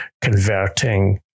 converting